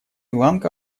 ланка